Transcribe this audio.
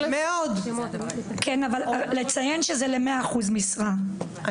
כן, אבל לציין שזה ל-100% משרה.